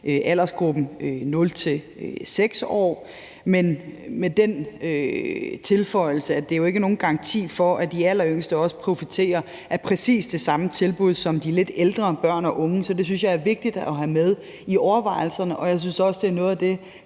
aldersgruppen 0-6 år, med den tilføjelse, at der jo ikke er nogen garanti for, at de alleryngste profiterer af præcis det samme tilbud som de lidt ældre børn og unge. Så det synes jeg er vigtigt at have med i overvejelserne, og jeg synes også, det er noget af det,